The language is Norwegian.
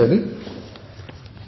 utover